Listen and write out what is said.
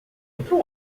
outro